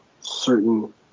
certain